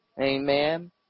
Amen